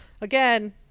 again